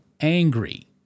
angry